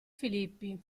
filippi